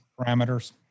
parameters